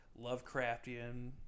Lovecraftian